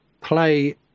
play